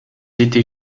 étés